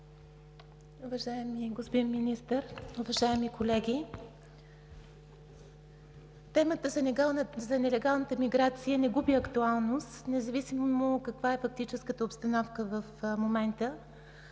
Уважаеми господин Министър, уважаеми колеги! Темата за нелегалната миграция не губи актуалност, независимо каква е фактическата обстановка в момента.